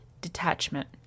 detachment